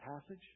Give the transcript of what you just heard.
passage